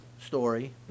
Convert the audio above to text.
story